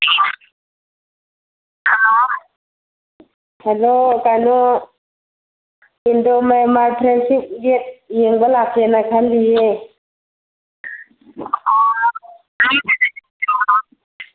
hello hello ꯀꯩꯅꯣ Indo Myanmar friendship gate ꯌꯦꯡꯕ ꯂꯥꯛꯀꯦꯅ ꯈꯜꯂꯤꯌꯦ